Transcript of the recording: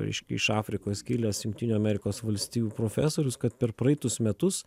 reiškia iš afrikos kilęs jungtinių amerikos valstijų profesorius kad per praeitus metus